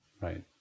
Right